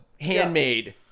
Handmade